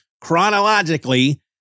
chronologically